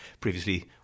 previously